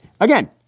Again